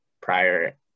prior